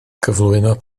cyflwyno